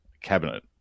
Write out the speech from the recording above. cabinet